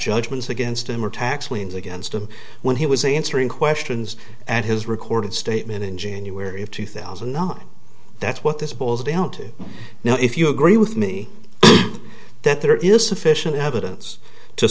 judgments against him or tax liens against him when he was a answering questions and his recorded statement in january of two thousand and not that's what this boils down to now if you agree with me that there is sufficient evidence to